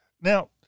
now